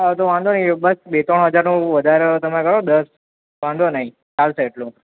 હાં તો વાંધો નઇ બસ બે ત્રણ હજારનું વધાર તમે કહો દસ વાંધો નઇ ચાલશે એટલું